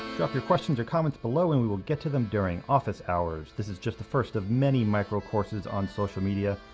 drop your questions or comments below and we will get to them during office hours. this is just the first of many micro courses on social media.